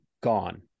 gone